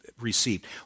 received